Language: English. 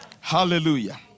Hallelujah